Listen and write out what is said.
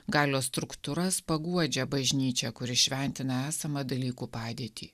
galios struktūras paguodžia bažnyčia kuri šventina esamą dalykų padėtį